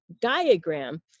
diagram